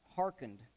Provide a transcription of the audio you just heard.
Hearkened